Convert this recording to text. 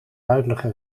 huidige